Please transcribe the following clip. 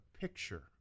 picture